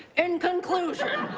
in conclusion,